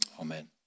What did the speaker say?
Amen